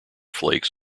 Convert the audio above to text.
flakes